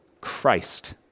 Christ